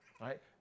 right